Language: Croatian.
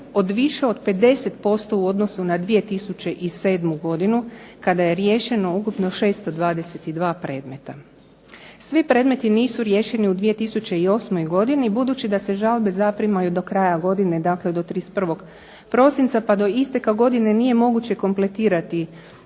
od više od 50% u odnosu na 2007. godinu kada je riješeno ukupno 622 predmeta. Svi predmeti nisu riješeni u 2008. godini budući da se žalbe zaprimaju do kraja godine, dakle do 31. prosinca pa do isteka godine nije moguće kompletirati